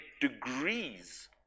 degrees